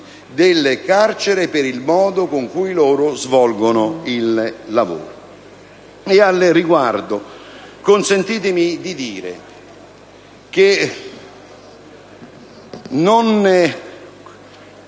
del carcere per il modo con cui svolgono il loro lavoro. Al riguardo, consentitemi di dire che non